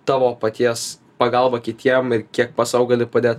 tavo paties pagalba kitiem ir kiek pats sau gali padėt